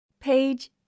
Page